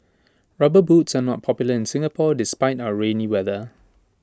rubber boots are not popular in Singapore despite our rainy weather